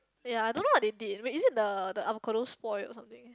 ya I don't know what they did wait is it the the avocado spoil or something